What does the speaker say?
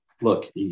look